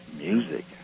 music